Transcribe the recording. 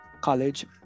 college